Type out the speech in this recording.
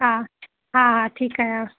हा हा हा ठीकु आहियां